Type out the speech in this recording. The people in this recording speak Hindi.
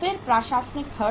फिर प्रशासनिक खर्च